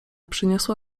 przyniosła